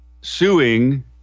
suing